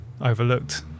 overlooked